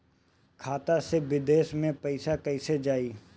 खाता से विदेश मे पैसा कईसे जाई?